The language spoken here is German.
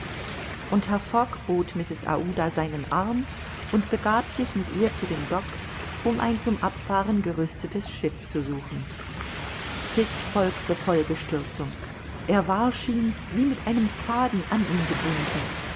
und herr fogg bot mrs aouda seinen arm und begab sich mit ihr zu den docks um ein zum abfahren gerüstetes schiff zu suchen fix folgte voll bestürzung er war schien's wie mit einem faden an ihn gebunden